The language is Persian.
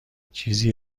چیزی